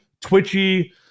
twitchy